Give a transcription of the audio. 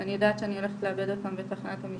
אני יודעת שאני הולכת לאבד אותם בתחנת המשטרה,